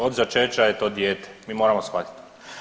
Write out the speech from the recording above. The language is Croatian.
Od začeća je to dijete, mi moramo shvatiti.